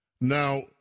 Now